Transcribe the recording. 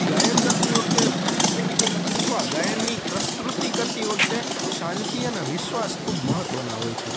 ગાયન કરતી વખતે અથવા ગાયનની પ્રસ્તુતિ કરતી વખતે શાંતિ અને વિશ્વાસ ખૂબ મહત્વનાં હોય છે